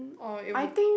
oh it would